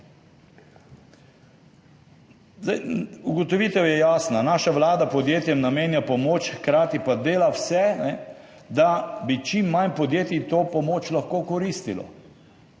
Ugotovitev je jasna, naša vlada podjetjem namenja pomoč, hkrati pa dela vse, da bi čim manj podjetij to pomoč lahko koristilo.